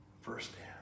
firsthand